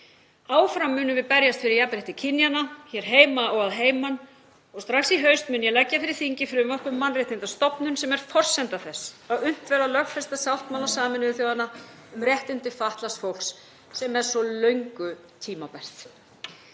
Áfram munum við berjast fyrir jafnrétti kynjanna hér heima og að heiman. Strax í haust mun ég leggja fyrir þingið frumvarp um mannréttindastofnun, sem er forsenda þess að unnt verði að lögfesta sáttmála Sameinuðu þjóðanna um réttindi fatlaðs fólks sem er svo löngu tímabært.